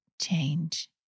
change